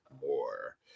more